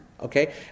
okay